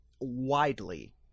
widely